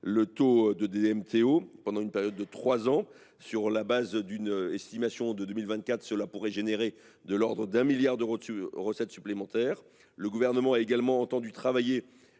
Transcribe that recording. le taux de DMTO pendant une période de trois ans. Sur la base d’une estimation de 2024, cela pourrait générer de l’ordre de 1 milliard d’euros de recettes supplémentaires. Le Gouvernement a également entendu travailler